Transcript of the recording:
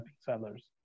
sellers